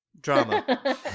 drama